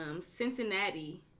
Cincinnati